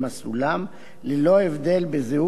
ללא הבדל בזהות תושבי היישוב.